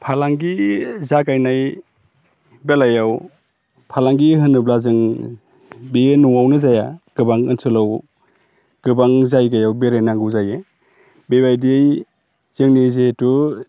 फालांगि जागायनाय बेलायाव फालांगि होनोब्ला जों बेयो न'आवनो जाया गोबां ओनसोलाव गोबां जायगायाव बेरायनांगौ जायो बेबायदियै जोंनि जिहेथु